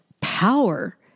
power